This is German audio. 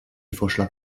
vorschlag